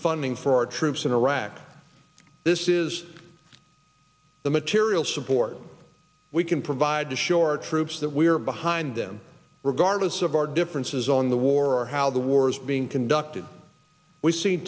funding for our troops in iraq this is the material support we can provide to shore troops that we are behind them regardless of our differences on the war or how the war is being conducted we've seen